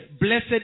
Blessed